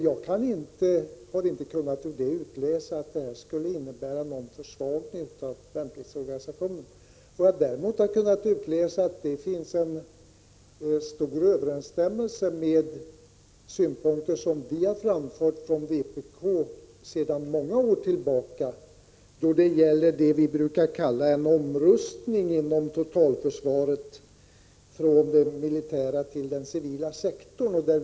Jag har inte ur den kunnat utläsa en försvagning av värnpliktsorganisationen. Vad jag däremot kunnat utläsa är att det finns en stor överenstämmelse med synpunkter som vi har framfört från vpk sedan många år då det gäller vad vi brukar kalla en omrustning inom totalförsvaret från militära till civila sektorer.